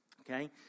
okay